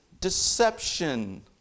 deception